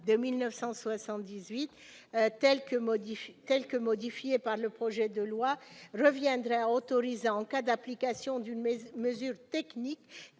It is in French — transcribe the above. de 1978 tel que modifié par le projet de loi, reviendrait à autoriser en cas d'application d'une mesure technique